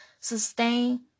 sustain